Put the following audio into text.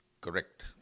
Correct